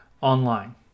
online